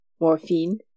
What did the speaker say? morphine